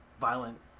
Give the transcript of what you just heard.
violent